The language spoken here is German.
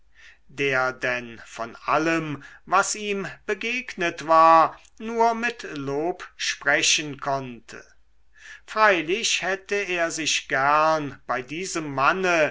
der denn von allem was ihm begegnet war nur mit lob sprechen konnte freilich hätte er sich gern bei diesem manne